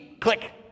click